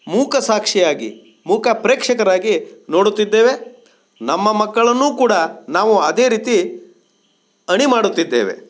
ಮೂಕ ಸಾಕ್ಷಿಯಾಗಿ ಮೂಕ ಪ್ರೇಕ್ಷಕರಾಗಿ ನೋಡುತ್ತಿದ್ದೇವೆ ನಮ್ಮ ಮಕ್ಕಳನ್ನೂ ಕೂಡ ನಾವು ಅದೇ ರೀತಿ ಅಣಿ ಮಾಡುತ್ತಿದ್ದೇವೆ